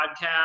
podcast